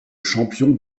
champion